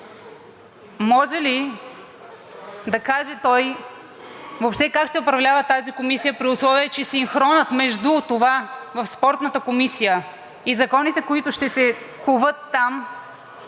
може ли да каже той как въобще ще управлява тази комисия, при условие че синхронът между това в Спортната комисия и законите, които ще се коват там,